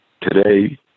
today